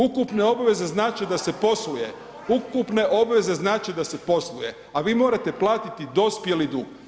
Ukupne obveze znače da se posluje, ukupne obveze znači da se posluje a vi morate platiti dospjeli dug.